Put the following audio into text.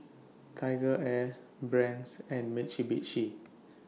TigerAir Brand's and Mitsubishi